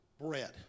bread